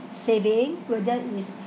saving whether is